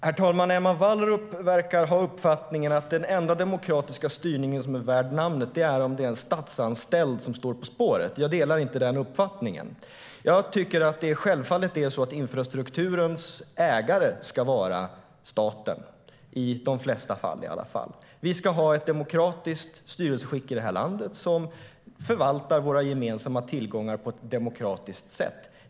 Herr talman! Emma Wallrup verkar ha uppfattningen att den enda demokratiska styrning värd namnet är den när det är en statsanställd som står på spåret. Jag delar inte den uppfattningen. Jag tycker att infrastrukturens ägare självfallet ska vara staten, i de flesta fall i alla fall. Vi ska ha ett demokratiskt styrelseskick som förvaltar våra gemensamma tillgångar på ett demokratiskt sätt.